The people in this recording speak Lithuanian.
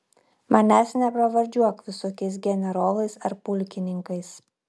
manęs nepravardžiuok visokiais generolais ar pulkininkais